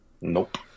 Nope